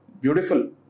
beautiful